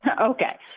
Okay